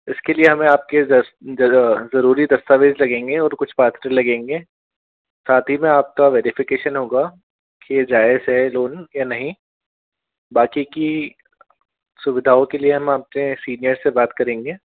इसके लिए हमें आपके दस जरा जरूरी दस्तावेज़ लगेंगे और कुछ पात्र लगेंगे साथ ही में आपका वेरीफिकेशन होगा की ये जाएज है लोन या नहीं बाकी की सुविधाओं के लिए हम आपके सीनियर से बात करेंगे